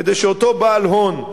כדי שאותו בעל הון,